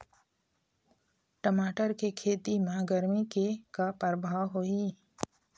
टमाटर के खेती म गरमी के का परभाव होही?